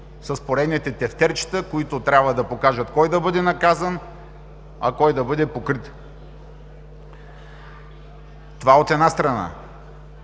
с поредните тефтерчета, които трябва да покажат кой да бъде наказан, а кой да бъде покрит. Това, от една страна.